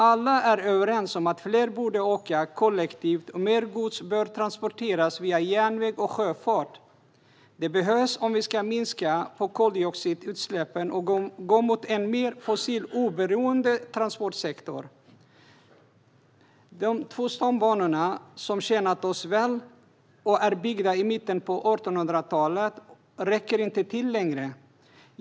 Alla är överens om att fler borde åka kollektivt och att mer gods bör transporteras via järnväg och sjöfart. Det behövs om vi ska minska koldioxidutsläppen och gå mot en mer fossiloberoende transportsektor. De två stambanorna, som tjänat oss väl, är byggda i mitten av 1800talet och räcker inte till längre.